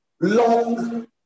long